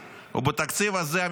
נתניהו הבטיח להוריד מחירים,